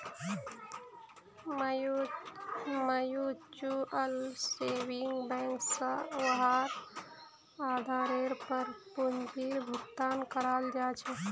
mutual saving bank स वहार आधारेर पर पूंजीर भुगतान कराल जा छेक